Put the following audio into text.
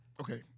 Okay